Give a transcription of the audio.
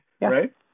right